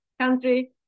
country